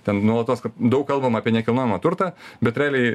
ten nuolatos daug kalbama apie nekilnojamą turtą bet realiai